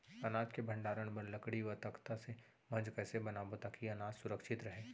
अनाज के भण्डारण बर लकड़ी व तख्ता से मंच कैसे बनाबो ताकि अनाज सुरक्षित रहे?